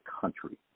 country